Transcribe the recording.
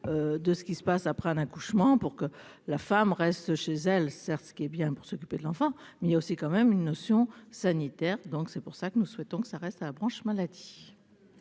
de ce qui se passe après un accouchement, pour que la femme reste chez elle sert, ce qui est bien pour s'occuper de l'enfant mais aussi quand même une notion sanitaire, donc c'est pour ça que nous souhaitons que ça reste à la branche maladie.